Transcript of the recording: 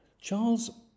Charles